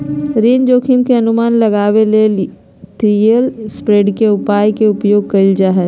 ऋण जोखिम के अनुमान लगबेले यिलड स्प्रेड के उपाय के उपयोग कइल जा हइ